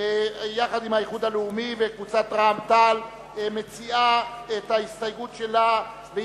יחד עם קבוצת האיחוד הלאומי וקבוצת רע"ם-תע"ל מציעות את ההסתייגות שלהן,